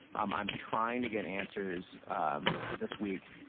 um i am trying to get answers this week,